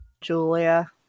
Julia